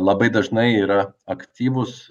labai dažnai yra aktyvūs